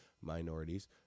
minorities